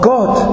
God